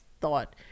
thought